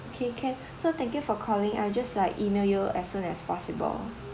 okay can so thank you for calling I will just like email you as soon as possible